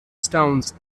stones